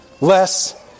less